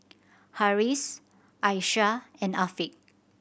Harris Aisyah and Afiq